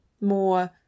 more